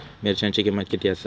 मिरच्यांची किंमत किती आसा?